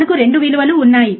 మనకు 2 విలువలు ఉన్నాయి